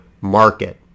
market